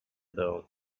though